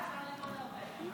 ממך אפשר ללמוד הרבה.